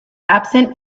absent